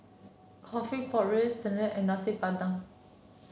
coffee Pork Ribs serunding and Nasi Padang